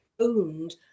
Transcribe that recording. owned